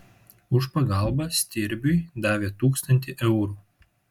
už pagalbą stirbiui davė tūkstantį eurų